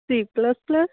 C